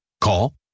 Call